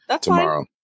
tomorrow